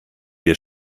wir